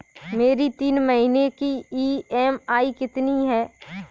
मेरी तीन महीने की ईएमआई कितनी है?